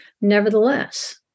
Nevertheless